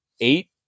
eight